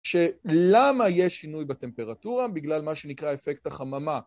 שלמה יש שינוי בטמפרטורה? בגלל מה שנקרא אפקט החממה.